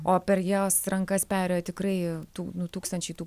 o per jos rankas perėjo tikrai tų nu tūkstančiai tų